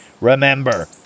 remember